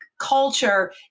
culture